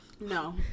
No